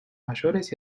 mayores